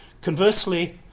Conversely